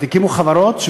הקימו חברות,